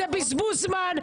זה בזבוז זמן.